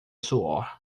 suor